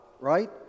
right